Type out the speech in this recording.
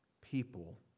people